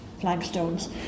flagstones